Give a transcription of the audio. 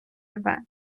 рве